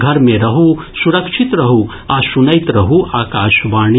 घर मे रहू सुरक्षित रहू आ सुनैत रहू आकाशवाणी